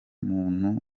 muntu